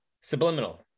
subliminal